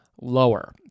lower